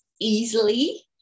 easily